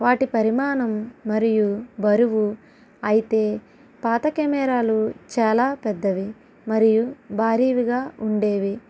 వాటి పరిమాణం మరియు బరువు అయితే పాత కెమెరాలు చాలా పెద్దవి మరియు భారీవిగా ఉండేవి